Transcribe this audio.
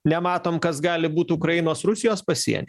nematom kas gali būt ukrainos rusijos pasieny